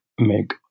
make